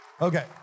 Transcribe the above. Okay